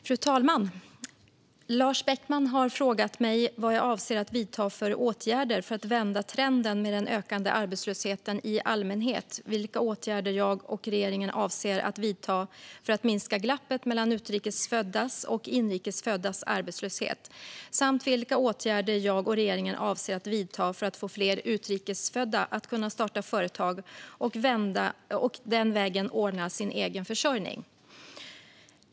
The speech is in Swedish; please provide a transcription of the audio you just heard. Fru talman! Lars Beckman har frågat mig vad jag avser att vidta för åtgärder för att vända trenden med den ökande arbetslösheten i allmänhet, vilka åtgärder jag och regeringen avser att vidta för att minska glappet mellan utrikes föddas och inrikes föddas arbetslöshet samt vilka åtgärder jag och regeringen avser att vidta för att få fler utrikes födda att kunna starta företag och den vägen ordna sin egen försörjning.